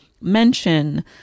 mention